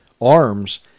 arms